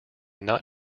not